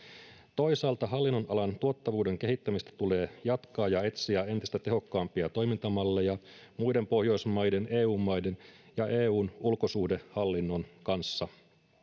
toisaalta hallinnonalan tuottavuuden kehittämistä tulee jatkaa ja etsiä entistä tehokkaampia toimintamalleja muiden pohjoismaiden eu maiden ja eun ulkosuhdehallinnon kanssa